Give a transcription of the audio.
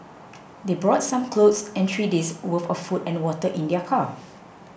they brought some clothes and three days' worth of food and water in their car